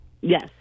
Yes